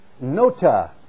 nota